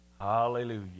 Hallelujah